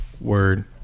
Word